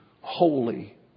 holy